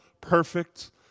perfect